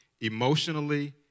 emotionally